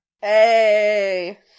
Hey